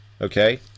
okay